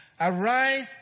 Arise